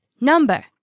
number